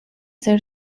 ser